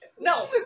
No